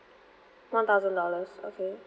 one thousand dollars okay